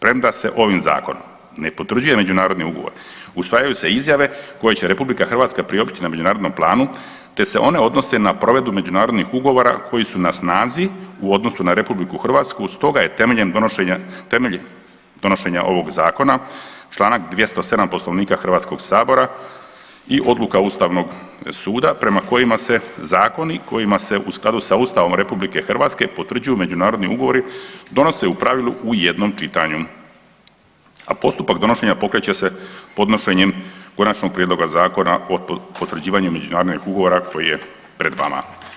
Prema, premda se ovim Zakonom ne potvrđuje međunarodni ugovor, usvajaju se izjave koje će RH priopćiti na međunarodnom planu te se one odnose na provedbu međunarodnih ugovora koji su na snazi u odnosu na RH, stoga je temeljem donošenja, temelj donošenja ovog Zakona čl. 207 Poslovnika HS-a i odluka Ustavnog suda prema kojima se zakonima kojima se u skladu sa Ustavom RH potvrđuju međunarodni ugovori donose u pravilu u jednom čitanju, a postupak donošenja pokreće se podnošenjem konačnog prijedloga zakona o potvrđivanju međunarodnih ugovora koji je pred vama.